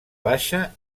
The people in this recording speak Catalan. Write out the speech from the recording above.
baixa